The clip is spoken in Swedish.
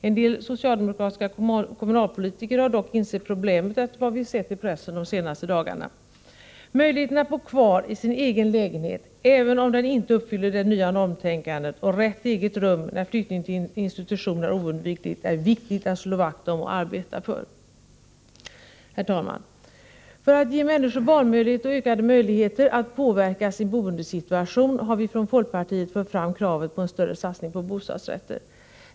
En del socialdemokratiska kommunalpolitiker har dock insett problemen efter vad vi sett i pressen de senaste dagarna. Möjligheten att bo kvar i sin egen lägenhet, även om den inte uppfyller det nya normtänkandet, och rätten till eget rum när flyttning till institution är oundviklig, är viktigt att slå vakt om och arbeta för. Herr talman! För att ge människor valmöjlighet och ökade möjligheter att påverka sin boendesituation har vi från folkpartiet fört fram kravet på en större satsning på bostadsrätter.